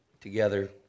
together